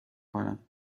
کنم